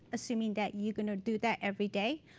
assuming that you're going to do that every day,